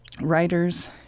writers